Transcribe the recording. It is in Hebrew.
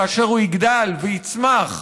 כאשר הוא יגדל ויצמח,